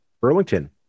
Burlington